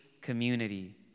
community